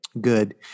Good